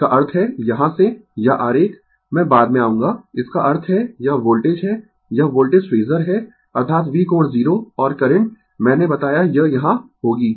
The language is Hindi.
इसका अर्थ है यहाँ से यह आरेख मैं बाद में आऊंगा इसका अर्थ है यह वोल्टेज है यह वोल्टेज फेसर है अर्थात V कोण 0 और करंट मैंने बताया यह यहां होगी